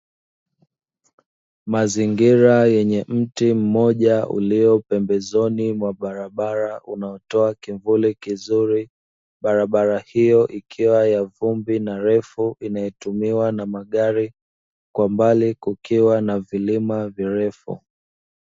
Mazingira yenye mti mmoja ulio pembezoni mwa barabara unaotoa kivuli kizuri, barabara hiyo ikiwa ya vumbi na refu, inayotumiwa na magari, kwa mbali kukiwa na vilima virefu.